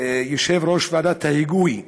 ויושב-ראש ועדת ההיגוי